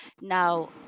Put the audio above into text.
now